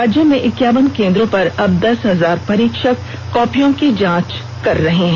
राज्य में इक्यावन केन्द्रों पर करीब दस हजार परीक्षक कॉपियों की जांच कर रहे हैं